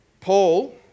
Paul